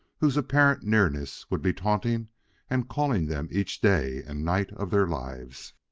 whose apparent nearness would be taunting and calling them each day and night of their lives.